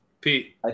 Pete